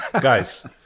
guys